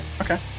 Okay